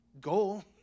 goal